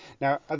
Now